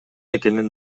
экенин